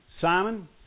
Simon